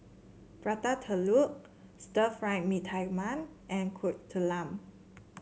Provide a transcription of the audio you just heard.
Prata Telur Stir Fry Mee Tai Mak and Kuih Talam